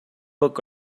book